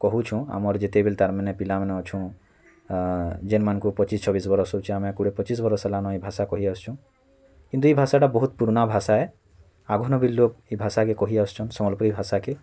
କହୁଛୁଁ ଆମର୍ ଯେତେବେଲେ ତା'ର୍ ମାନେ ପିଲା ମାନେ ଅଛୁଁ ଯେନ୍ ମାନଙ୍କୁ ପଚିଶ୍ ଛବିଶ୍ ବର୍ଷ ହଉଚି ଆମେ କୋଡ଼ିଏ ପଚିଶି ବର୍ଷ ହେଲା ନ ଏଇ ଭାଷା କହି ଆସିଛୁଁ କିନ୍ତୁ ଏ ଭାଷା ଟା ବହୁତ ପୁରୁଣା ଭାଷା ହେ ଆଘନ୍ ବେଲ୍ ଲୋକ ଏ ଭାଷା କେ କହି ଆସୁଛନ୍ ସମ୍ବଲପୁରୀ ଭାଷା କେ